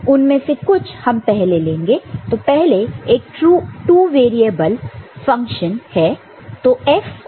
तो उनमें से कुछ हम पहले लेंगे तो पहला एक टू वेरिएबल फंक्शन है